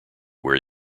where